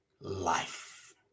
life